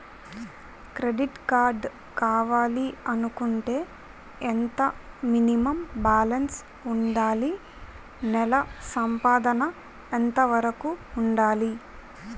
Credit card కావాలి అనుకుంటే ఎంత మినిమం బాలన్స్ వుందాలి? నెల సంపాదన ఎంతవరకు వుండాలి?